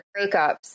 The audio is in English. breakups